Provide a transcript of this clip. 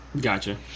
Gotcha